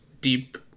deep